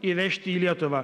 įvežti į lietuvą